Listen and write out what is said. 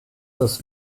des